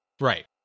Right